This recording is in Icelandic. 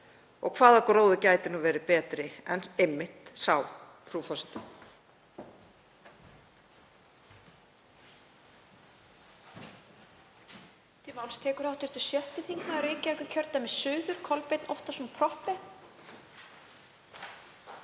og hvaða gróði gæti nú verið betri en einmitt sá, frú forseti?